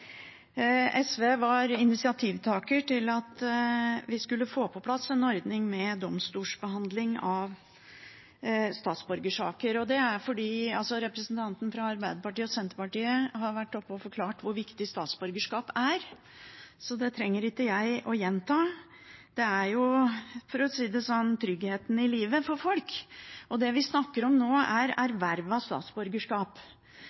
SV var initiativtaker til at vi skulle få på plass en ordning med domstolsbehandling av statsborgerskapssaker. Representantene fra Arbeiderpartiet og Senterpartiet har vært oppe her og forklart hvor viktig statsborgerskap er, så det trenger ikke jeg å gjenta. Det er jo – for å si det sånn – tryggheten i livet til folk. Det vi snakker om nå, er